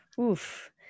Oof